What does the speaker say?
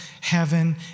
heaven